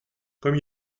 comme